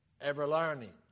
ever-learning